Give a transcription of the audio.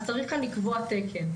אז צריך לקבוע תקן.